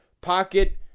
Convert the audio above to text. Pocket